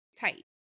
tight